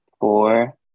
four